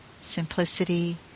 Simplicity